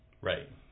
Right